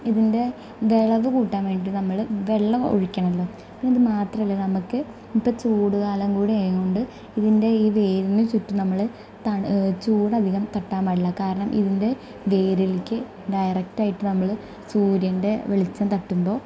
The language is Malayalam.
ഇതിൻ്റെ വിളവ് കൂട്ടാൻ വേണ്ടിയിട്ട് നമ്മൾ വെള്ളം ഒഴിക്കണമല്ലോ അത് മാത്രമല്ല നമുക്ക് ഇപ്പം ചൂട് കാലം കൂടെ ആയത് കൊണ്ട് ഇതിൻ്റെ ഈ വേരിന് ചുറ്റും നമ്മൾ തണ് ചൂട് അധികം തട്ടാൻ പാടില്ല കാരണം ഇതിൻ്റെ വേരിലേക്ക് ഡയറക്ട് ആയിട്ട് നമ്മൾ സൂര്യൻ്റെ വെളിച്ചം തട്ടുമ്പോൾ